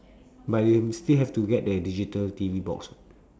but I'm still have to get the digital T_V box